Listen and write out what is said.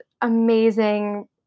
amazing